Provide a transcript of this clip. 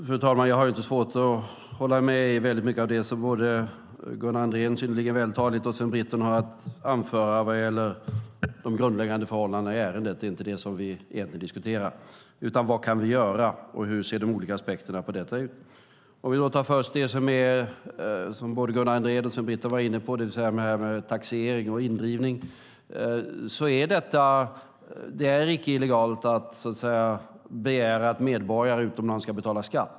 Fru talman! Jag har inte svårt att hålla med i mycket av det som både Gunnar Andrén synnerligen vältaligt och Sven Britton har att anföra vad gäller de grundläggande förhållandena i ärendet. Det är inte dem som vi egentligen diskuterar, utan det handlar snarare om vad vi kan göra och hur de olika aspekterna på detta ser ut. Om vi först tar det som både Gunnar Andrén och Sven Britton var inne på om taxering och indrivning är det icke illegalt att begära att medborgare utomlands ska betala skatt.